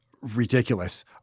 ridiculous